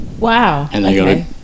Wow